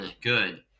good